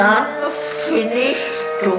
unfinished